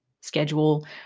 schedule